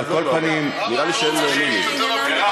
אעזור לו.